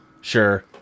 Sure